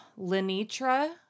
Lenitra